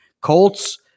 Colts